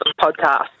podcast